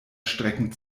strecken